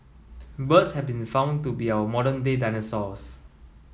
birds have been found to be our modern day dinosaurs